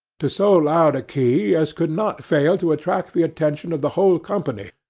to so loud a key, as could not fail to attract the attention of the whole company,